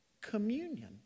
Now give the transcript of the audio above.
communion